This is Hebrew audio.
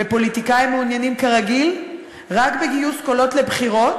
ופוליטיקאים מעוניינים כרגיל רק בגיוס קולות לבחירות"